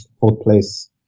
fourth-place